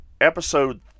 episode